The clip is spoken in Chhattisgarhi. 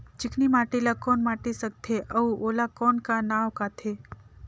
चिकनी माटी ला कौन माटी सकथे अउ ओला कौन का नाव काथे?